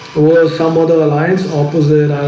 well some other alliance opposite